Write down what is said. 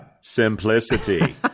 simplicity